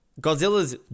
Godzilla's